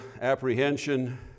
apprehension